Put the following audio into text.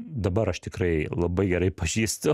dabar aš tikrai labai gerai pažįstu